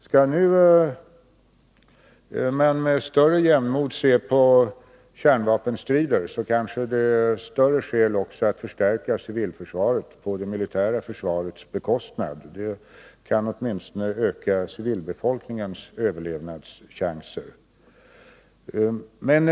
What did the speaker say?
Skall man nu med större jämnmod se på kärnvapenstrider så kanske det också är större skäl att förstärka civilförsvaret på det militära försvarets bekostnad. Det kan åtminstone öka civilbefolkningens överlevnadschanser.